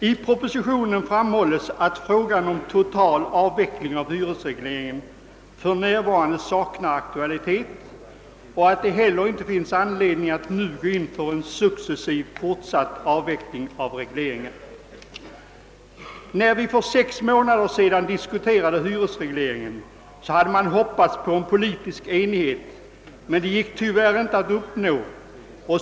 I propositionen framhålles att frågan om en total avveckling av hyresregleringen för närvarande saknar aktualitet och att det inte heller finns anledning att nu gå in för en fortsatt successiv avveckling av regleringen. När vi för sex månader sedan diskuterade hyresregleringen hoppades vi på politisk enighet, men detta gick tyvärr inte att uppnå.